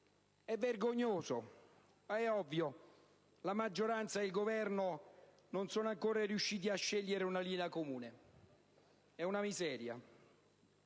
È vergognoso, ma è ovvio: maggioranza e Governo non sono ancora riusciti a scegliere una linea comune. È una miseria.